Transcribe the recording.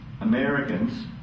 Americans